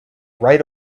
right